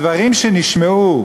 הדברים שנשמעו,